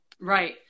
Right